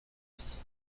use